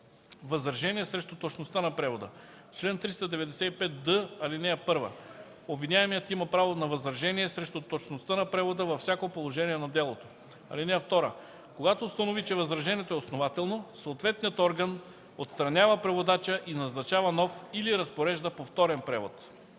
Възражение срещу точността на превода Чл. 395д. (1) Обвиняемият има право на възражение срещу точността на превода във всяко положение на делото. (2) Когато установи, че възражението е основателно, съответният орган отстранява преводача и назначава нов или разпорежда повторен превод.